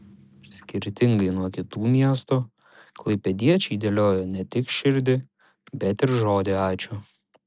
skirtingai nuo kitų miestų klaipėdiečiai dėliojo ne tik širdį bet ir žodį ačiū